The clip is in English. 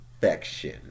perfection